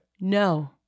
No